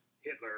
Hitler